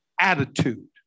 attitude